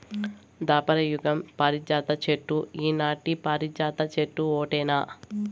దాపర యుగం పారిజాత చెట్టు ఈనాటి పారిజాత చెట్టు ఓటేనా